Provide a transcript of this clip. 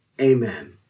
amen